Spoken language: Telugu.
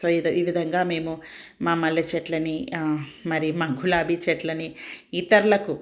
సో ఇద ఈ విధంగా మేము మా మల్లె చెట్లని మరి మా గులాబీ చెట్లని ఇతరులకు